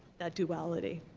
that duality.